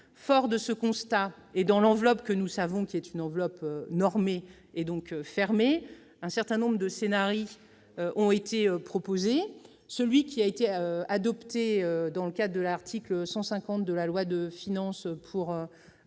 Fort de ce constat, et en tenant compte du fait que nous disposons d'une enveloppe normée et donc fermée, un certain nombre de scenarii ont été proposés. Celui qui a été retenu dans le cadre de l'article 150 de la loi de finances pour